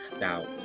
now